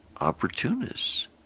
opportunists